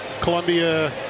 Columbia